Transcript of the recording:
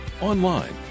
online